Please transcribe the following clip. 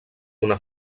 una